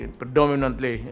predominantly